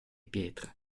pietra